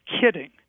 kidding